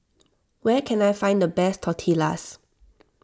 where can I find the best Tortillas